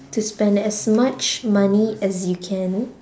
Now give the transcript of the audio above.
to spend as much money as you can